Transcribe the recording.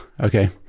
Okay